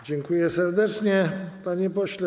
Dziękuję serdecznie, panie pośle.